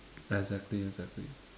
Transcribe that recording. exactly exactly